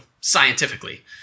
scientifically